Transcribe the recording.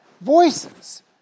voices